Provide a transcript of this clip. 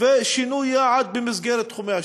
ושינוי יעד במסגרת תחומי השיפוט.